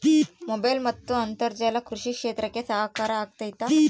Mobile ಮತ್ತು ಅಂತರ್ಜಾಲ ಕೃಷಿ ಕ್ಷೇತ್ರಕ್ಕೆ ಸಹಕಾರಿ ಆಗ್ತೈತಾ?